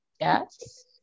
yes